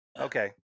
Okay